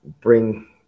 bring